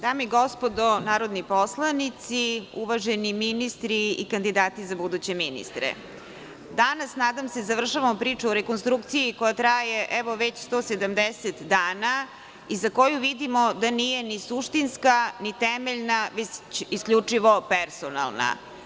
Dame i gospodo narodni poslanici, uvaženi ministri i kandidati za buduće ministre, danas nadam se završavamo priču o rekonstrukciji, koja traje već 170 dana i za koju vidimo da nije ni suštinska, ni temeljna, već isključivo personalna.